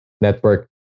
Network